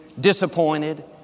disappointed